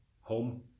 home